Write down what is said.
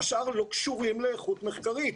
השאר לא קשורים לאיכות מחקרית,